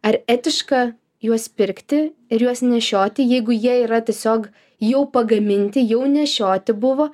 ar etiška juos pirkti ir juos nešioti jeigu jie yra tiesiog jau pagaminti jau nešioti buvo